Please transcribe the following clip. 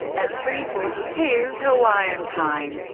at three forty two hawaiian time,